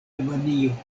albanio